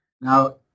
Now